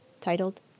titled